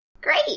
Great